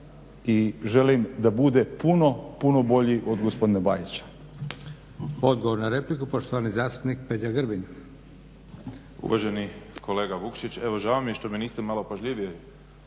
i želim da bude puno, puno bolji od gospodina Bajića.